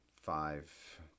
five